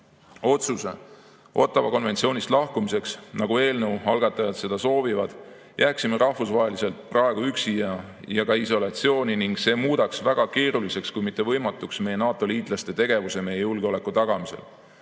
otsuse Ottawa konventsioonist lahkumiseks, nagu eelnõu algatajad soovivad, jääksime rahvusvaheliselt praegu üksi ja isolatsiooni ning see muudaks väga keeruliseks kui mitte võimatuks meie NATO‑liitlaste tegevuse meie julgeoleku tagamisel.